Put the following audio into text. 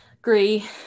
agree